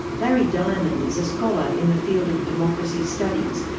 larry diamond is a scholar in the field of democracy studies,